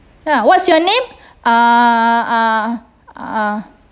ya what's your name uh uh uh